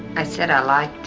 i said i like